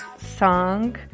song